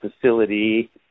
facility